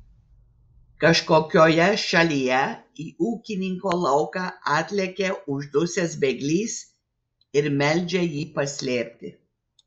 kažkokioje šalyje į ūkininko lauką atlekia uždusęs bėglys ir meldžia jį paslėpti